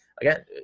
again